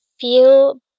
feel